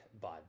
Bud